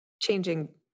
changing